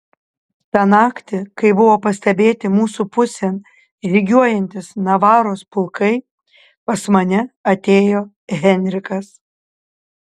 tą naktį kai buvo pastebėti mūsų pusėn žygiuojantys navaros pulkai pas mane atėjo henrikas